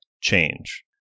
change